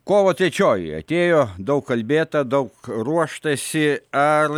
kovo trečioji atėjo daug kalbėta daug ruoštasi ar